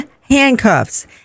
handcuffs